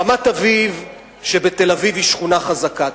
רמת-אביב שבתל-אביב היא שכונה חזקה.